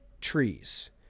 trees